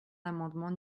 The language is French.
l’amendement